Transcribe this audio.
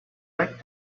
like